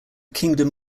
kingdom